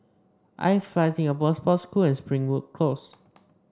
IFly Singapore Sports School and Springwood Close